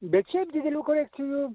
bet šiaip didelių korekcijų